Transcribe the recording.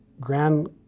grand